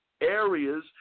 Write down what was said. areas